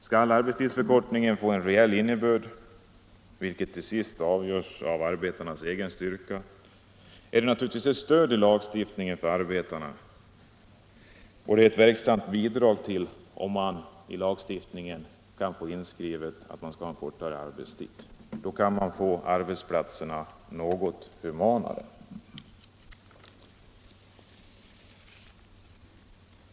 Skall arbetstidsförkortningen få en reell innebörd — vilket till sist avgörs av arbetarnas egen styrka — är det naturligtvis ett stöd och ett verksamt bidrag om man kan få inskrivet i lagstiftningen att det skall vara kortare arbetstid. Då kan man få arbetsplatserna något humanare.